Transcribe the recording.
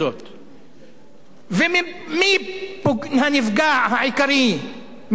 ומי הנפגע העיקרי מהדברים האלה, מהשרירות?